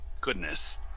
goodness